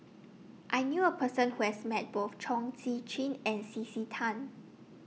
I knew A Person Who has Met Both Chong Tze Chien and C C Tan